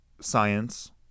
science –